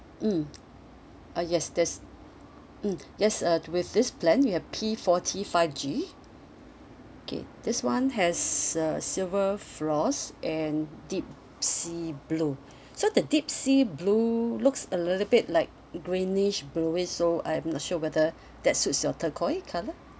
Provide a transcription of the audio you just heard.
mmhmm uh yes there's mmhmm yes uh with this plan we have P forty five G okay this [one] has uh silver frost and deep sea blue so the deep sea blue looks a little bit like greenish bluish so I'm not sure whether that suits your turquoise colour